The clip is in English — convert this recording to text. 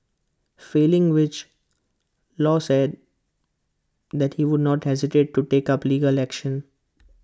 failing which law said that he would not hesitate to take up legal action